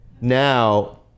Now